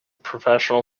professional